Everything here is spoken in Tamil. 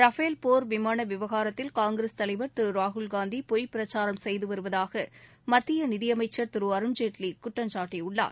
ரஃபேல் போர் விமான விவகாரத்தில் காங்கிரஸ் தலைவர் ராகுல்காந்தி பொய் பிரச்சாரம் செய்து வருவதாக மத்திய நிதியமைச்சர் திரு திரு அருண்ஜேட்லி குற்றம் சாட்டியுள்ளார்